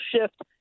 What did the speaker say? shift